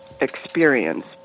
Experience